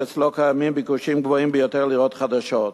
שאצלו קיימים ביקושים גבוהים ביותר לדירות חדשות.